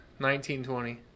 1920